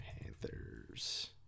panthers